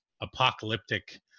apocalyptic